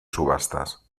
subastas